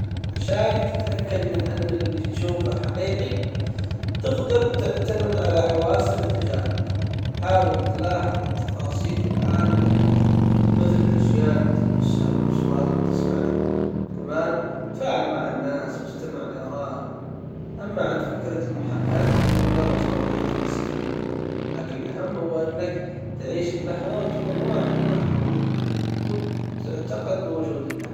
عشان تتأكد من ان اللي تشوفه حقيقي تقدر تعتمد على حواسك وتجاربك حاول تلاحظ التفاصيل في العالم من حولك مثل الاشياء اللي تلمسها او الاصوات اللي تسمعها كمان تفاعل مع الناس واستمع لأرائهم اما عن فكرة فهي مجرد فرضية فلسفية ولكن الأهم هو انك تعيش اللحظة وتكون واعي لما حولك وتعتقد بوجود الله.